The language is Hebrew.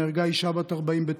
נהרג רוכב האופנוע ירון אחר,